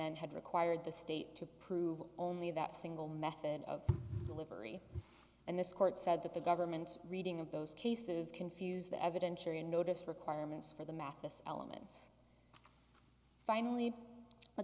then had required the state to prove only that single method of delivery and this court said that the government's reading of those cases confuse the evidentiary unnoticed requirements for the mathis elements finally the